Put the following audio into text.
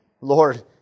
Lord